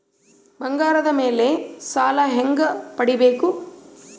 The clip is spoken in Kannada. ಬಂಗಾರದ ಮೇಲೆ ಸಾಲ ಹೆಂಗ ಪಡಿಬೇಕು?